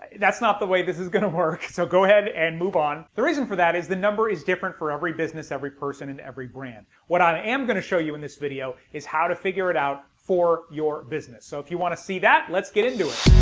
that's not the way this is gonna work so go ahead and move on. the reason for that is the number is different for every business, every person and every brand. what i am going to show you in this video is how to figure it out for your business. so if you want to see that let's get into it